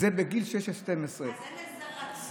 וזה בגיל 6 12. אז אין איזה רציונל,